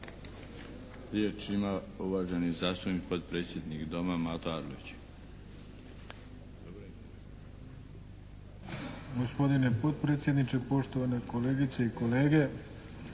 Riječ ima uvaženi zastupnik, potpredsjednik Doma Mato Arlović. **Arlović, Mato (SDP)** Gospodine potpredsjedniče, poštovane kolegice i kolege.